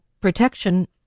protection